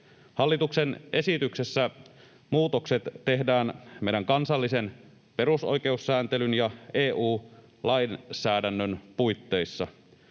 Hallituksen esityksessä muutokset tehdään meidän kansallisen perusoikeussääntelyn ja EU-lainsäädännön puitteissa.